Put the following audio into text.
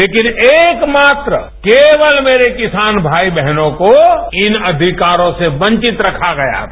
लेकिन एकमात्र केवल मेरे किसान भाई बहनों को इन अधिकारों से वंचित रखा गया है